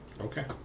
Okay